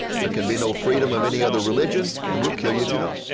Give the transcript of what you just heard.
there can be no freedom of any other religion. and we'll kill you if you don't.